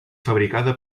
fabricada